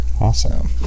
Awesome